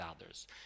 others